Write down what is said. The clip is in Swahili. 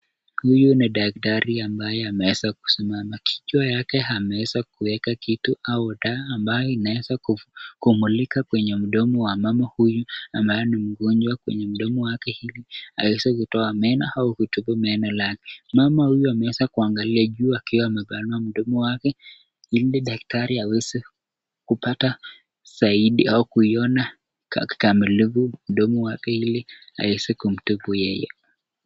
Huyu ni daktari ambaye ameweza kusimama. Kichwa yake ameweza kueka kitu au taa ambayo inaweza kumulika kwenye mdomo wa mama huyu ambaye ni mgonjwa, kwenye mdomo wake, ili aweze kutoa meno au kutibu meno lake. Mama huyu ameweza kuangalia juu akiwa amepanua mdomo wake, ili daktari aweze kupata zaidi au kuiona kamilifu mdomo wake, ili aweze kumtibu yeye.